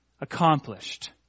accomplished